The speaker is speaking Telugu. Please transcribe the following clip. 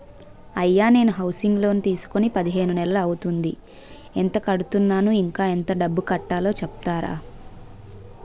అయ్యా నేను హౌసింగ్ లోన్ తీసుకొని పదిహేను నెలలు అవుతోందిఎంత కడుతున్నాను, ఇంకా ఎంత డబ్బు కట్టలో చెప్తారా?